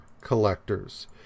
collectors